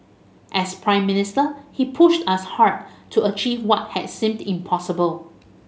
as Prime Minister he pushed us hard to achieve what had seemed impossible